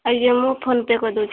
ଆଜ୍ଞା ମୁଁ ଫୋନପେ କରିଦେଉଛି